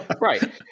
right